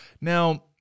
Now